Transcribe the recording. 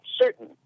certain